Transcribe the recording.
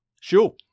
Sure